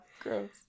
Gross